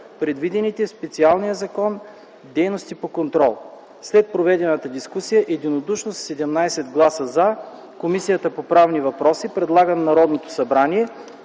предвидените в специалния закон дейности по контрола. След проведената дискусия единодушно със 17 гласа „за” Комисията по правни въпроси предлага на Народното събрание